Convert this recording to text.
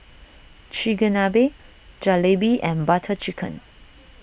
Chigenabe Jalebi and Butter Chicken